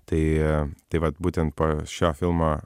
tai tai vat būtent po šio filmo